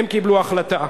החלטה.